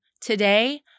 Today